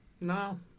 No